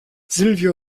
silvio